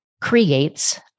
creates